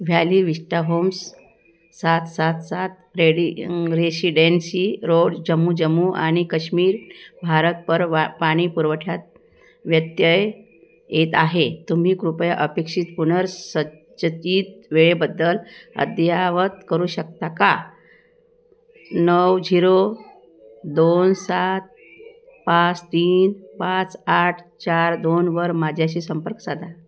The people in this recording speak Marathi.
व्हॅली विस्टा होम्स सात सात सात ready residency road Jammu Jammu आणि कश्मीर भारत परवा पाणी पुरवठ्यात व्यत्यय येत आहे तुम्ही कृपया अपेक्षित पुनर्संचयित वेळेबद्दल अद्ययावत करू शकता का नऊ झिरो दोन सात पाच तीन पाच आठ चार दोनवर माझ्याशी संपर्क साधा